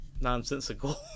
nonsensical